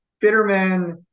Fitterman